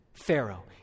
Pharaoh